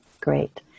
Great